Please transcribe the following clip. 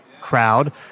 crowd